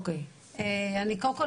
קודם כל,